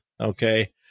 Okay